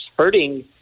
hurting